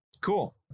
Cool